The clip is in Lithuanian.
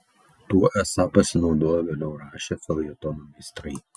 tuo esą pasinaudojo vėliau rašę feljetono meistrai